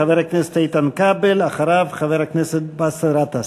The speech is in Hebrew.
חבר הכנסת איתן כבל, ואחריו, חבר הכנסת באסל גטאס.